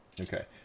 okay